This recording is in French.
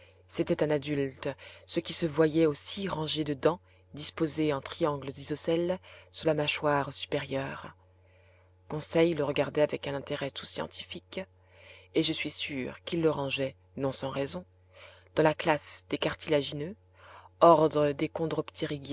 c'était un adulte ce qui se voyait aux six rangées de dents disposées en triangles isocèles sur la mâchoire supérieure conseil le regardait avec un intérêt tout scientifique et je suis sûr qu'il le rangeait non sans raison dans la classe des cartilagineux ordre des